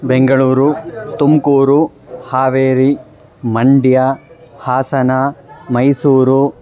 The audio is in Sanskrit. बेङ्गळूरु तुम्कूरु हावेरि मण्ड्या हासन मैसूरु